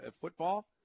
football